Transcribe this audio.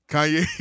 Kanye